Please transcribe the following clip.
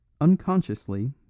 Unconsciously